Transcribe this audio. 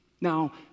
Now